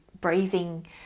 breathing